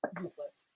useless